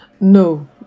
No